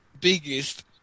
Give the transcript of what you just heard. biggest